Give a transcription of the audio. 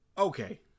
Okay